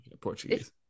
Portuguese